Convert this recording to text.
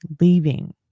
leaving